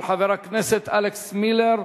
של חבר הכנסת אלכס מילר.